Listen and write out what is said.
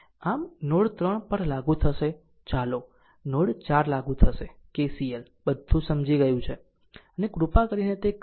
આમ નોડ 3 પર લાગુ થશે ચાલો નોડ 4 લાગુ થશે KCL બધું સમજી ગયું છે અને કૃપા કરીને તે કરો